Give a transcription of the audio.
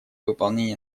выполнения